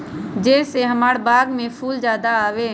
जे से हमार बाग में फुल ज्यादा आवे?